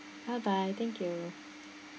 bye bye thank you